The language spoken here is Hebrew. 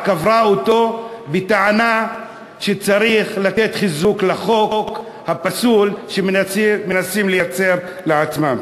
היא קברה אותו בטענה שצריך לתת חיזוק לחוק הפסול שהם מנסים לייצר לעצמם.